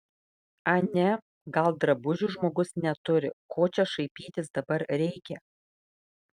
ane gal drabužių žmogus neturi ko čia šaipytis dabar reikia